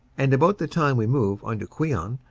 and about the time we move on to queant,